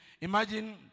Imagine